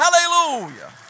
Hallelujah